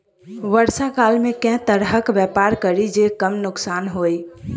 वर्षा काल मे केँ तरहक व्यापार करि जे कम नुकसान होइ?